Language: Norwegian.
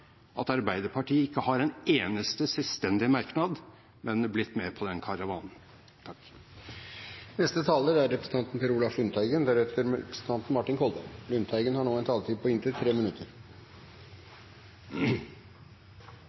at Arbeiderpartiet ikke har en eneste selvstendig merknad, men er blitt med på denne karavanen.